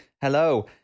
Hello